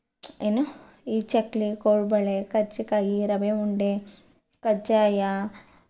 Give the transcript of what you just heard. ಏನು ಈ ಚಕ್ಕುಲಿ ಕೋಡುಬಳೆ ಕಜ್ಜಿಕಾಯಿ ರವೆ ಉಂಡೆ ಕಜ್ಜಾಯ